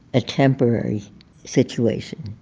a temporary situation